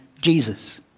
jesus